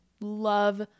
love